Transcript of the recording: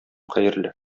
хәерле